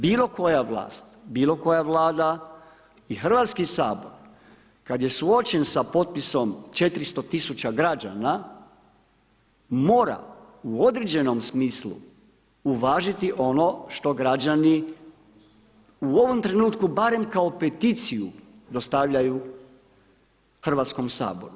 Bilo koja vlast, bilo koja vlada i Hrvatski sabor kad je suočen sa potpisom 400 tisuća građana mora u određenom smislu uvažiti ono što građani u ovom trenutku barem kao peticiju dostavljaju Hrvatskom saboru.